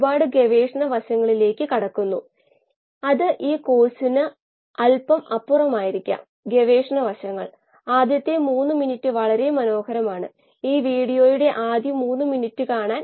പ്രശ്നങ്ങൾക്ക് നമ്മളുടെ പതിവ് ചോദ്യങ്ങൾ ചോദിക്കുകയാണ്